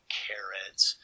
carrots